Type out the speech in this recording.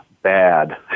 Bad